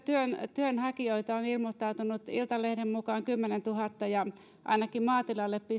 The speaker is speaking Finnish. työnhakijoita on ilmoittautunut iltalehden mukaan kymmenentuhatta ja ainakin maatilalle